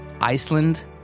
Iceland